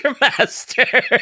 master